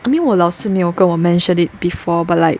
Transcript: I mean 我老师没有跟我 mentioned it before but like